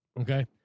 okay